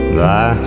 thy